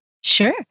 Sure